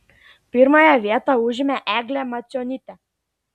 pirmąją vietą užėmė eglė macionytė